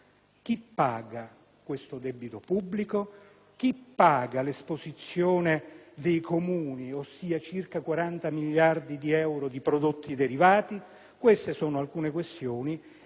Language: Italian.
Chi pagherà questo debito pubblico? Chi pagherà l'esposizione dei Comuni, ossia circa 40 miliardi di euro di prodotti derivati? Queste sono solo alcune questioni.